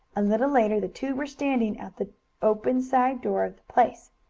a little later the two were standing at the open, side door of the place.